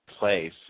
Place